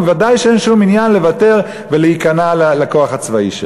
וודאי שאין שום עניין לוותר ולהיכנע לכוח הצבאי שלה.